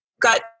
got –